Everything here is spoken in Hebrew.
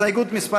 על הסתייגות מס'